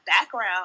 background